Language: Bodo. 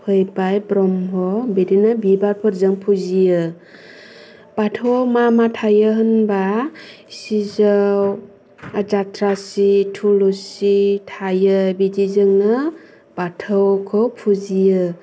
फैबाय ब्रह्म बिदिनो बिबारफोरजों फुजियो बाथौआव मा मा थायो होनबा सिजौ जाथ्रा सि थुलसि थायो बिदि जोंनो बाथौखौ फुजियो